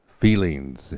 feelings